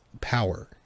power